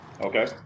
Okay